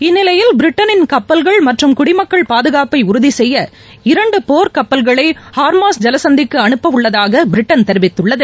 இந்நிலையில் பிரிட்டனின் கப்பல்கள் மற்றும் குடிமக்கள் பாதுகாப்பை உறுதிசெய்ய இரண்டு போர்க் கப்பல்களை ஹார்மஸ் ஜலசந்திக்கு அனுப்பவுள்ளதாக பிரிட்டன் தெரிவித்துள்ளது